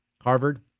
Harvard